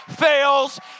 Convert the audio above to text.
fails